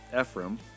Ephraim